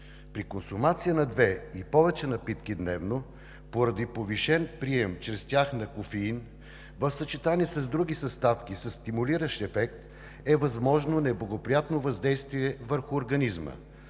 При консумация на две и повече напитки дневно, поради повишен прием чрез тях на кофеин, в съчетание с други съставки със стимулиращ ефект е възможно неблагоприятно въздействие върху организма